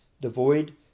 devoid